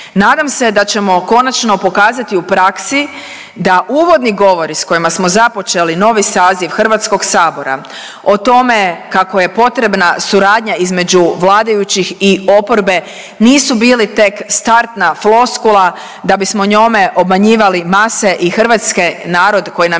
Nadam se da ćemo konačno pokazati u praksi da uvodni govori sa kojima smo započeli novi saziv Hrvatskog sabora o tome kako je potrebna suradnja između vladajućih i oporbe nisu bili tek startna floskula da bismo njome obmanjivali mase i hrvatski narod koji nam je